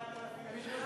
8,000 שקל,